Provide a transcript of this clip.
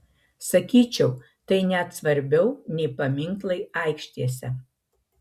sakyčiau tai net svarbiau nei paminklai aikštėse